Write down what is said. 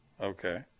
Okay